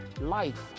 life